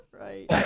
Right